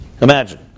Imagine